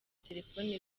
telephone